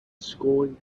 scoring